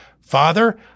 Father